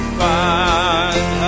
find